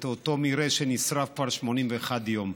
את אותו מרעה שנשרף כבר 81 יום.